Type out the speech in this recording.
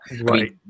Right